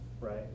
right